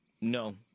no